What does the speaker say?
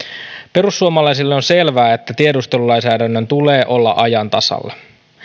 perussuomalaisille on selvää että tiedustelulainsäädännön tulee olla ajan tasalla